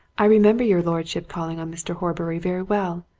i remember your lordship calling on mr. horbury very well.